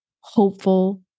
hopeful